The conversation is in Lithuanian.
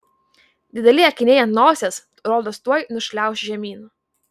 dideli akiniai ant nosies rodos tuoj nušliauš žemyn